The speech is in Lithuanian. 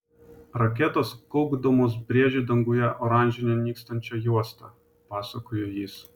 raketos kaukdamos brėžė danguje oranžinę nykstančią juostą pasakojo jis